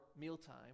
mealtime